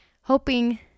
hoping